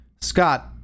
Scott